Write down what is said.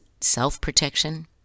self-protection